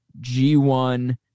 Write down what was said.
g1